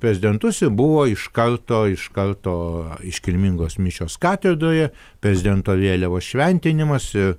prezidentus ir buvo iš karto iš karto iškilmingos mišios katedroje prezidento vėliavos šventinimas ir